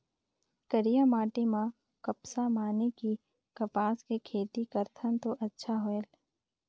करिया माटी म कपसा माने कि कपास के खेती करथन तो अच्छा होयल?